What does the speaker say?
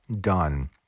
done